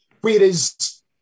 Whereas